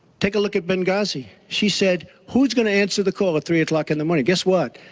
take a look at benghazi. she said who is going to answer the call at three o'clock in the morning, guess what?